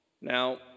Now